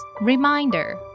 Reminder